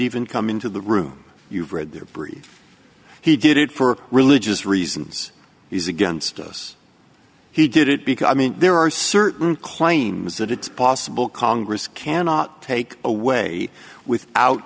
even come into the room you've read their brief he did it for religious reasons he's against us he did it because i mean there are certain claims that it's possible congress cannot take away without